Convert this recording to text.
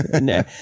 No